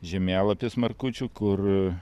žemėlapis markučių kur